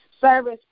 service